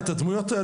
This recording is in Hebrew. אמרתי את האמת, אני